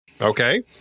Okay